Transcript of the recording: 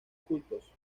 cultos